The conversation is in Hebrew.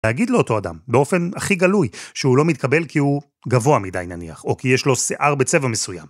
להגיד לאותו אדם באופן הכי גלוי שהוא לא מתקבל כי הוא גבוה מדי נניח, או כי יש לו שיער בצבע מסוים.